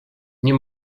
nie